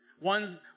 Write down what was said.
One's